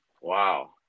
Wow